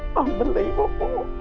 unbelievable,